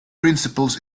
principles